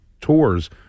tours